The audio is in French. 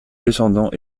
descendants